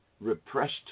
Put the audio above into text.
repressed